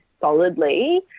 solidly